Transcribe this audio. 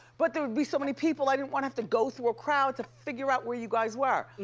but there would be so many people, i didn't wanna have to go through a crowd to figure out where you guys were.